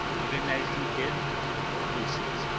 even as you did my poor lucy's.